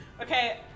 Okay